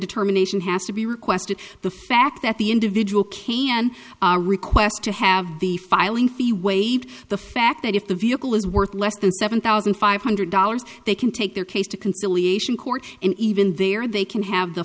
determination has to be requested the fact that the individual can request to have the filing fee waived the fact that if the vehicle is worth less than seven thousand five hundred dollars they can take their case to conciliation court and even there they can have the